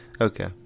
okay